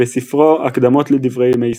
בספרו "אקדמות לדברי ימי ישראל"